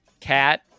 Cat